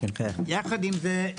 יחד עם זאת,